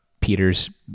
Peters